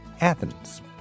Athens